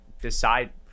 decide